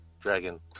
Dragon